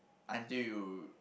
until you